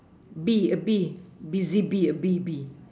bee a bee busy bee a bee bee